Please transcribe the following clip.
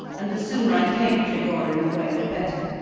and the sooner i take trigorin away, the better.